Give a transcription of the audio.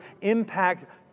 impact